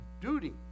duty